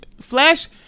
flash